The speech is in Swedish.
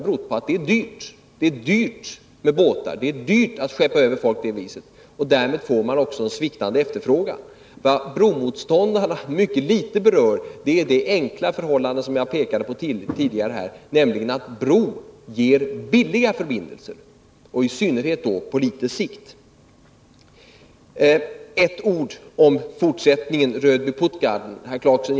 Det är dyrt med båtar, det är dyrt att frakta över folk på det viset, och därmed får man en sviktande efterfrågan. Vad bromotståndarna mycket litet berör är det enkla förhållande som jag pekade på tidigare, nämligen att en bro ger billiga förbindelser, i synnerhet då på litet sikt. Några ord om fortsättningen Redby-Puttgarden. Herr Clarkson!